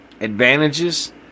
advantages